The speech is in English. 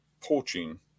poaching